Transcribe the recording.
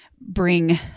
bring